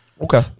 Okay